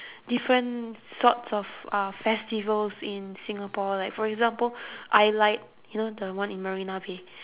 different sorts of uh festivals in singapore like for example i-light you know the one in marina-bay